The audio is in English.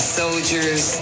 soldiers